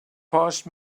passed